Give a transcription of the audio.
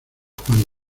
juan